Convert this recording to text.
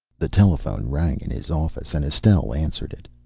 the telephone rang in his office, and estelle answered it.